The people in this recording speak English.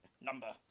number